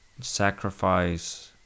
sacrifice